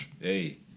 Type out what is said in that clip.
Hey